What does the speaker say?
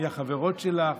מי החברות שלך?